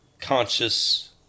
conscious